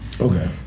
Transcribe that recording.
okay